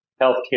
healthcare